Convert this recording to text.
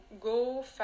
go